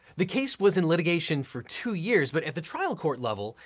the case was in litigation for two years, but at the trial court level,